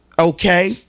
Okay